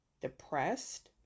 depressed